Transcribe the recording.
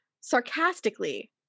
Sarcastically